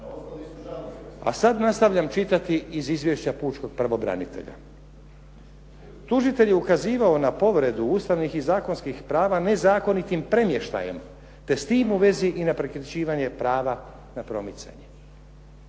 A sad nastavljam čitati iz izvješća pučkog pravobranitelja. Tužitelj je ukazivao na povredu Ustavnih i zakonskih prava nezakonitim premještajem, te s tim u vezi i na prikraćivanje prava na promicanje.